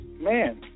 man